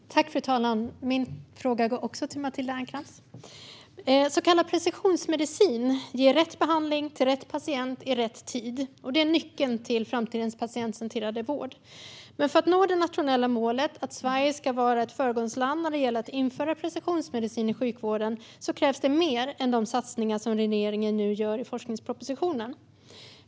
Fru talman! Min fråga går också till Matilda Ernkrans. Så kallad precisionsmedicin ger rätt behandling till rätt patient i rätt tid. Det är nyckeln till framtidens patientcentrerade vård. Men för att nå det nationella målet att Sverige ska vara ett föregångsland när det gäller att införa precisionsmedicin i sjukvården krävs mer än de satsningar som regeringen nu gör i forskningspropositionen.